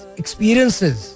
experiences